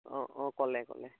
অঁ অঁ ক'লে ক'লে